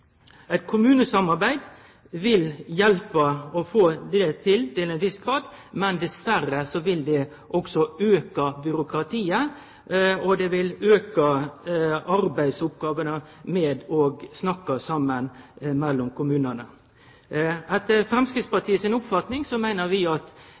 Eit kommunesamarbeid vil til ein viss grad hjelpe for å få det til, men dessverre vil det også auke byråkratiet, og det vil auke talet på arbeidsoppgåver ved at kommunane må snakke saman. Framstegspartiet meiner at